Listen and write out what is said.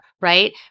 right